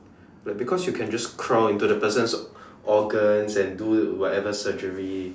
like because you can just crow into the person's organ and do whatever surgery